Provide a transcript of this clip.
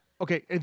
okay